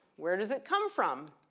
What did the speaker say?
where does it come from?